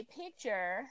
picture